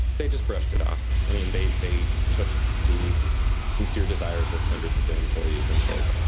they just brushed it off. i mean, they they took the sincere desires of hundreds of their employees and said,